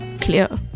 clear